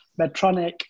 Medtronic